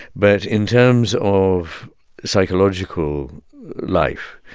but in terms of psychological life,